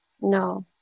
No